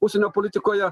užsienio politikoje